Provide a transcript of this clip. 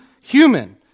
human